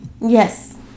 Yes